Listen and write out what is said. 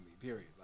Period